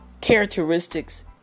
characteristics